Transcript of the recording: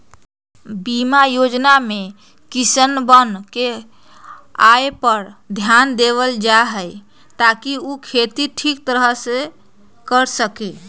बीमा योजना में किसनवन के आय पर ध्यान देवल जाहई ताकि ऊ खेती ठीक तरह से कर सके